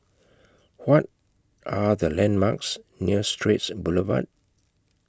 What Are The landmarks near Straits Boulevard